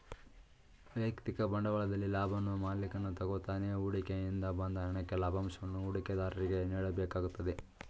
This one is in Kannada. ವೈಯಕ್ತಿಕ ಬಂಡವಾಳದಲ್ಲಿ ಲಾಭವನ್ನು ಮಾಲಿಕನು ತಗೋತಾನೆ ಹೂಡಿಕೆ ಇಂದ ಬಂದ ಹಣಕ್ಕೆ ಲಾಭಂಶವನ್ನು ಹೂಡಿಕೆದಾರರಿಗೆ ನೀಡಬೇಕಾಗುತ್ತದೆ